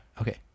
Okay